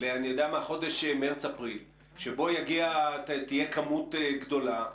לחודשים מרץ-אפריל, שתהיה כמות גדולה,